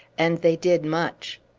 and they did much.